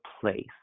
place